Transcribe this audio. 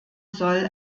soll